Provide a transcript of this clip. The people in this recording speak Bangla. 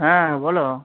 হ্যাঁ বলো